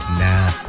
nah